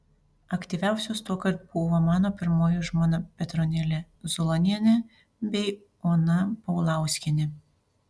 aktyviausios tuokart buvo mano pirmoji žmona petronėlė zulonienė bei ona paulauskienė